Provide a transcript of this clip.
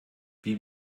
wie